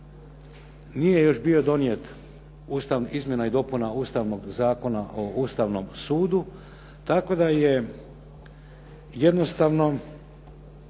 Nije još bio donijet izmjena i dopuna Ustavnog zada o Ustavnom sudu, tako da je jednostavno